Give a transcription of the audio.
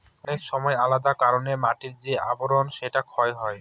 অনেক সময় আলাদা কারনে মাটির যে আবরন সেটা ক্ষয় হয়